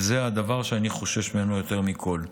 וזה הדבר שאני חושש ממנו יותר מכול.